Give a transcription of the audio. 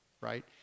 right